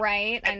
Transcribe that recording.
Right